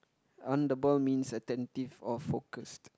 on the ball means attentive or focused